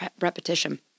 repetition